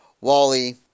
Wally